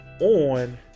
on